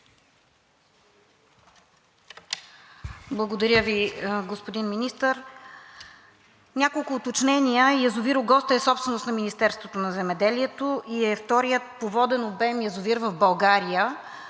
Благодаря Ви, господин Министър. Няколко уточнения. Язовир „Огоста“ е собственост на Министерството на земеделието и е вторият по воден обем язовир в България,